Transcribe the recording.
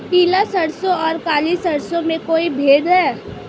पीली सरसों और काली सरसों में कोई भेद है?